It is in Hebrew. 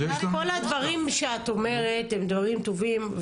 כל הדברים שאת אומרת הם דברים טובים,